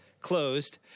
closed